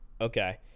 Okay